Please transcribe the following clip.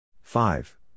Five